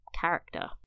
character